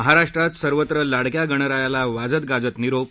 महाराष्ट्रात सर्वत्र लाडक्या गणरायाला वाजत गाजत निरोप